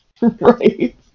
Right